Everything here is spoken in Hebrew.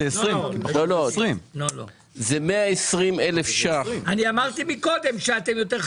החוק הוא 20. אנחנו